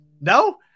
No